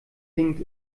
hinkt